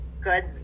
good